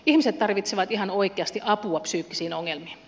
ihmiset tarvitsevat ihan oikeasti apua psyykkisiin ongelmiin